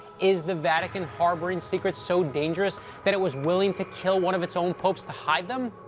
is the vatican harboring secrets so dangerous that it was willing to kill one of its own popes to hide them?